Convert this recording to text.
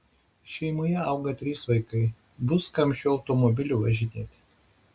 šeimoje auga trys vaikai bus kam šiuo automobiliu važinėti